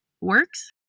works